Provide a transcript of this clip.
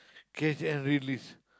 catch and release